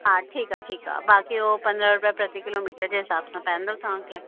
हा ठीकु आहे ठीकु आहे बाक़ी उहो पंद्रहं रुपया प्रति किलोमीटर जे हिसाब सां पवंदव तव्हांखे